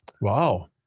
Wow